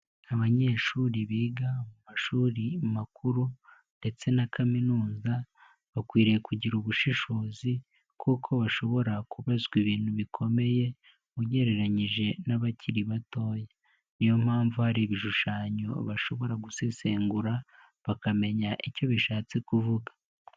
Abanyeshuri biga mu mashuri makuru ndetse na kaminuza, bakwiriye kugira ubushishozi kuko bashobora kubazwa ibintu bikomeye ugereranyije n'abakiri batoya. Niyo mpamvu hari ibishushanyo bashobora gusesengura bakamenya icyo bishatse kuvuga.